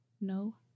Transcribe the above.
No